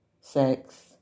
sex